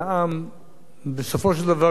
בסופו של דבר כולנו משרתים אנשים,